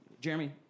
Jeremy